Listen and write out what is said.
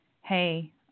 hey